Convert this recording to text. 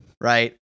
right